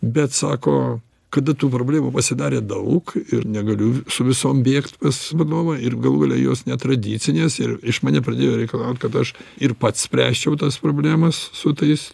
bet sako kada tų problemų pasidarė daug ir negaliu su visom bėgt pas vadovą ir galų gale jos netradicinės ir iš mane pradėjo reikalaut kad aš ir pats spręsčiau tas problemas su tais